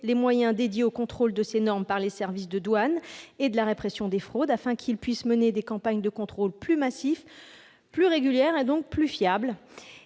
les moyens dédiés au contrôle de ces normes par les services des douanes et de la répression des fraudes, afin qu'ils puissent mener des campagnes de contrôle plus massives, plus régulières et donc plus fiables